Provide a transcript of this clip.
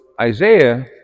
Isaiah